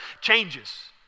changes